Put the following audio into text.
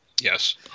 Yes